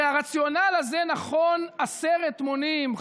הרי הרציונל הזה נכון עשרת מונים,